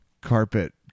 carpet